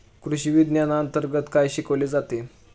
कृषीविज्ञानांतर्गत काय शिकवले जाते?